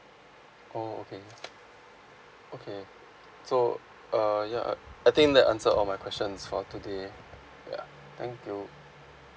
oh okay okay so uh ya uh I think that answered all my questions for today ya thank you